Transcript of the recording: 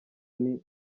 nti